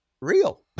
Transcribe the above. real